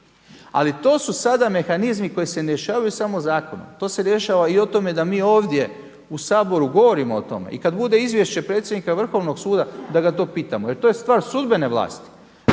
Ali to su sada mehanizmi koji se ne rješavaju samo zakonom. To se rješava i o tome da mi ovdje u Saboru govorimo o tome. I kada bude izvješće predsjednika Vrhovnog suda da ga to pitamo jer to je stvar sudbene vlasti.